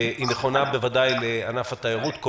נכונה בוודאי לענף התיירות,